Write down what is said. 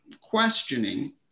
questioning